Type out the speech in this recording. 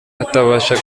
atabasha